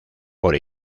por